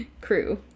crew